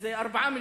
זה 4 מיליונים,